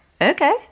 okay